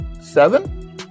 Seven